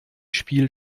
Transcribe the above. spiel